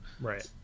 Right